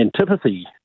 antipathy